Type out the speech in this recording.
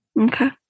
Okay